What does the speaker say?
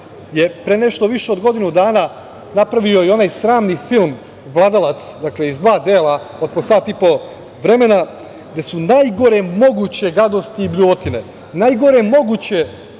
pre nešto više od godinu dana napravio i onaj sramni film „Vladalac“ iz dva dela, dakle od po sat i po vremena, gde su najgore moguće gadosti i bljuvotine, najgore moguće